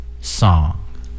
song